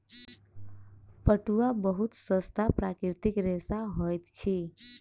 पटुआ बहुत सस्ता प्राकृतिक रेशा होइत अछि